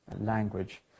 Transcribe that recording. language